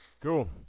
Cool